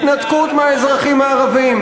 התנתקות מהאזרחים הערבים.